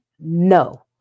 No